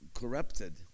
Corrupted